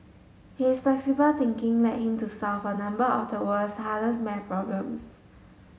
his flexible thinking led him to solve a number of the world's hardest math problems